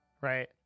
Right